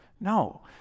No